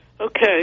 Okay